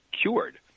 cured